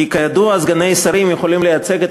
כי כידוע סגני שרים יכולים לייצג את